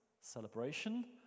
celebration